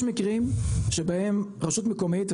יש מקרים שבהם רשות מקומית,